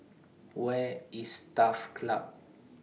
Where IS Turf Club